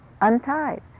untied